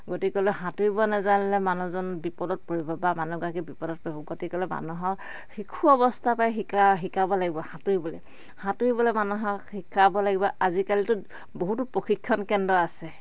গতিকলে সাঁতুৰিব নেজানিলে মানুহজন বিপদত পৰি়ব বা মানুহগৰাকীৰ বিপদত পৰি গতিকলে মানুহক শিশু অৱস্থা পাই শিকা শিকাব লাগিব সাঁতুৰিবলে সাঁতুৰিবলে মানুহক শিকাব লাগিব আজিকালিতো বহুতো প্ৰশিক্ষণ কেন্দ্ৰ আছে